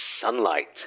Sunlight